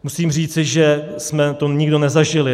Musím říci, že jsme to nikdo nezažili.